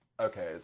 Okay